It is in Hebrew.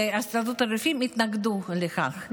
הסתדרות הרופאים התנגדו לכך.